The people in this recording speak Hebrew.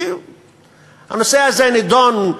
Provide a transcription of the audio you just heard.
כי הנושא הזה נדון,